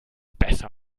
besser